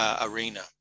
arena